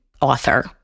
author